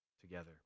together